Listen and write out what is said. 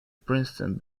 princeton